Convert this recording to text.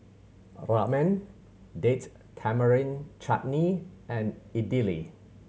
Ramen Date Tamarind Chutney and Idili